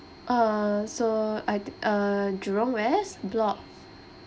uh so I uh Jurong west block